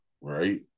right